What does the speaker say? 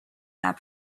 that